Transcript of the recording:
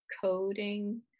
coding